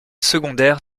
secondaire